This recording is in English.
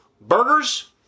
Burgers